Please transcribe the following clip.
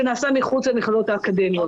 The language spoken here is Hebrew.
שנעשה מחוץ למכללות האקדמיות.